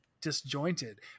disjointed